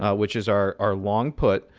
which is our our long put.